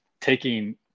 taking